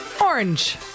Orange